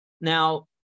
Now